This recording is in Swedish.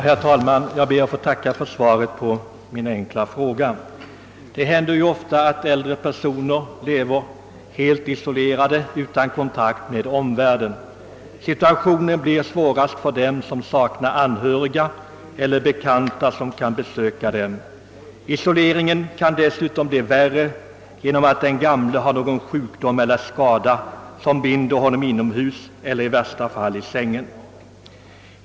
Herr talman! Jag ber att få tacka för svaret på min enkla fråga. Det händer ofta att äldre personer lever helt isolerade utan kontakt med omvärlden. Situationen blir allra svårast för dem som saknar anhöriga eller bekanta som kan komma på besök. Isoleringen kan dessutom bli värre därigenom att den gamle har någon sjukdom eller skada som binder honom inomhus, i värsta fall i sängen.